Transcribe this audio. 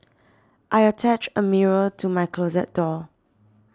I attached a mirror to my closet door